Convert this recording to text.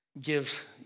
gives